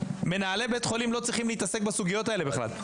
מנהלי בית החולים לא צריכים להתעסק בסוגיות האלה בכלל,